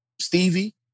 Stevie